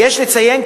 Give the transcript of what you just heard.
לצערי